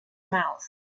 mouth